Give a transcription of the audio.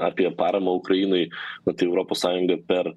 apie paramą ukrainai na tai europos sąjunga per